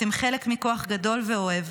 אתם חלק מכוח גדול ואוהב,